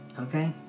Okay